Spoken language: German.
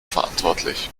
verantwortlich